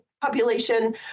population